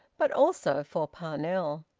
but also for parnell.